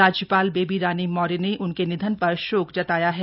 राज्यपाल बेबी रानी मौर्य ने उनके निधन पर शोक जताया है